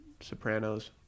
Sopranos